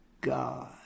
God